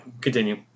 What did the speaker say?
continue